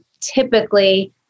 typically